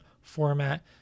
format